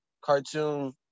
Cartoon